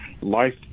life